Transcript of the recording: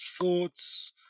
thoughts